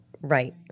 Right